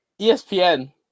ESPN